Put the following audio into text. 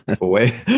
away